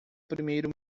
primeiro